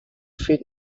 fit